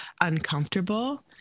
uncomfortable